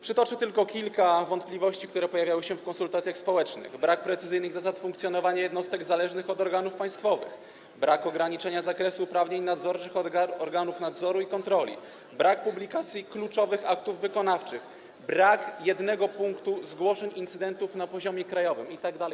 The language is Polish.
Przytoczę tylko kilka wątpliwości, które pojawiały się w konsultacjach społecznych i dotyczyły takich spraw jak: brak precyzyjnych zasad funkcjonowania jednostek zależnych od organów państwowych, brak ograniczenia zakresu uprawnień nadzorczych organów nadzoru i kontroli, brak publikacji kluczowych aktów wykonawczych, brak jednego punktu zgłoszeń incydentów na poziomie krajowym itd.